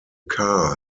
car